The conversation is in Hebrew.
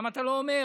למה אתה לא אומר